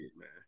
man